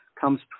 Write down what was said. comes